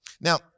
Now